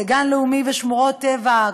לגן לאומי ושמורות טבע,